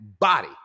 body